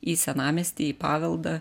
į senamiestį į paveldą